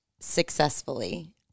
successfully